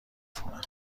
کنم